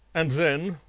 and then,